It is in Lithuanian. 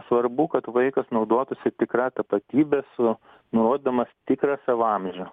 svarbu kad vaikas naudotųsi tikra tapatybe su nurodydamas tikrą savo amžių